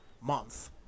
Month